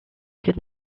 good